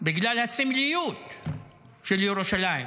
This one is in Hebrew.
בגלל הסמליות של ירושלים.